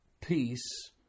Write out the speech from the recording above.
peace